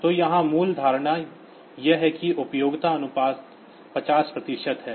तो यहां मूल धारणा यह है कि उपयोगिता अनुपात 50 प्रतिशत है